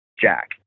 Jack